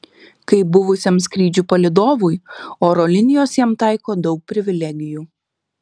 kaip buvusiam skrydžių palydovui oro linijos jam taiko daug privilegijų